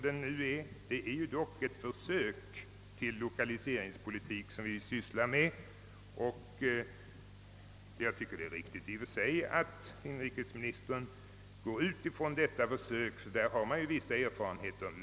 Denna gäller ju dock endast ett försök till lokaliseringspolitik, och i och för sig är det riktigt att inrikesministern utgår från resultaten därav, som bör ge vissa erfarenheter.